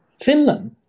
Finland